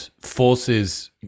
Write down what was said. forces